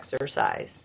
exercise